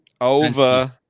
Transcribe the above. over